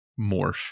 morph